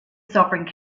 sovereign